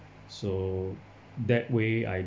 so that way I